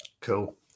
Cool